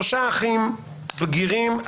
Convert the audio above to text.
המקרה הקלאסי הוא שיש שלושה אחים בגירים,